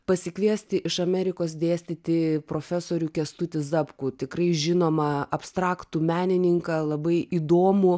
pasikviesti iš amerikos dėstyti profesorių kęstutį zapkų tikrai žinomą abstraktų menininką labai įdomų